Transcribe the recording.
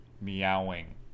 meowing